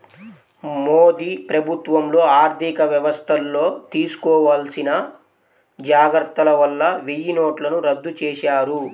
మోదీ ప్రభుత్వంలో ఆర్ధికవ్యవస్థల్లో తీసుకోవాల్సిన జాగర్తల వల్ల వెయ్యినోట్లను రద్దు చేశారు